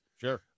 Sure